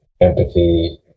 empathy